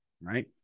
right